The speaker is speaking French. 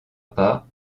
pas